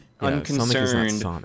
unconcerned